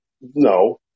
No